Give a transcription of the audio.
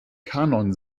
kanon